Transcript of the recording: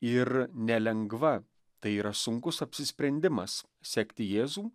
ir nelengva tai yra sunkus apsisprendimas sekti jėzų